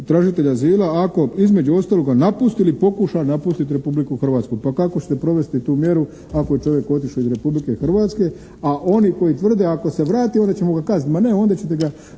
tražitelj azila ako između ostaloga napusti ili pokuša napustiti Republiku Hrvatsku. Pa kako ćete provesti tu mjeru ako je čovjek otišao iz Republike Hrvatske, a oni koji tvrde ako se vrati onda ćemo ga kazniti. Ma ne, onda ćete zbog